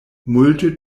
multe